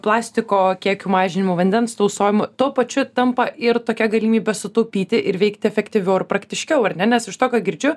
plastiko kiekių mažinimu vandens tausojimu tuo pačiu tampa ir tokia galimybe sutaupyti ir veikti efektyviau ir praktiškiau ar ne nes iš to ką girdžiu